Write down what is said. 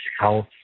health